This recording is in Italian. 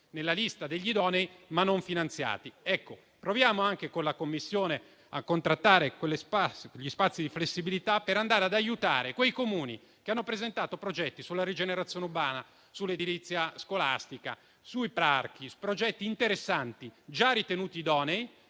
nella lista degli idonei, ma non finanziati. Ecco, proviamo anche con la Commissione a contrattare spazi di flessibilità per aiutare quei Comuni che hanno presentato progetti sulla rigenerazione urbana, sull'edilizia scolastica, sui parchi: progetti interessanti, già ritenuti idonei,